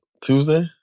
Tuesday